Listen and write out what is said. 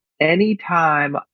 anytime